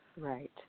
right